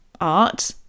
art